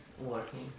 working